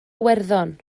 iwerddon